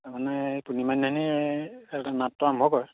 তাৰমানে পূৰ্ণিমা দিনাখনি নাটটো আৰম্ভ কৰে